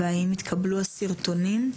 והאם התקבלו הסרטונים.